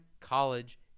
college